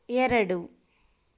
ಎರಡು